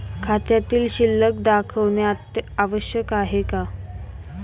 खात्यातील शिल्लक दाखवणे आवश्यक आहे का?